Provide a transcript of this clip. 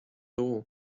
all